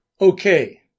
Okay